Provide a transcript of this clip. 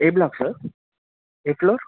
A block sir A floor